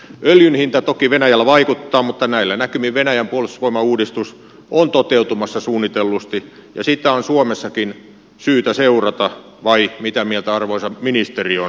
öljyn hinta toki venäjällä vaikuttaa mutta näillä näkymin venäjän puolustusvoimauudistus on toteutumassa suunnitellusti ja sitä on suomessakin syytä seurata vai mitä mieltä arvoisa ministeri on